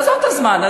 עזוב את הזמן.